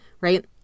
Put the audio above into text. Right